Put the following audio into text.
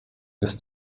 ist